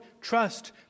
trust